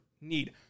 need